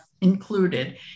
included